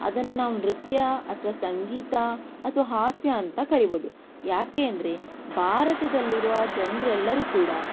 ಅದನ್ನು ನಾವು ನೃತ್ಯ ಅಥವಾ ಸಂಗೀತ ಅಥವಾ ಹಾಸ್ಯ ಅಂತ ಕರಿಬಹುದು ಯಾಕೆ ಅಂದರೆ ಭಾರತದಲ್ಲಿರುವ ಜನರೆಲ್ಲರೂ ಕೂಡ